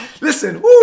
Listen